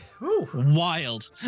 Wild